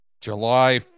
July